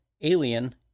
Alien